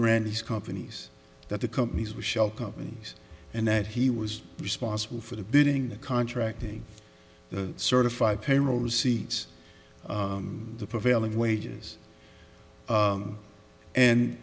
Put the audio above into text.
ran these companies that the companies were shell companies and that he was responsible for the bidding contracting certify payroll receipts the prevailing wages